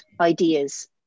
ideas